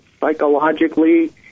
psychologically